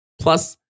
plus